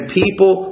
people